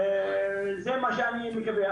זה מה שאני מקווה.